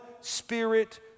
spirit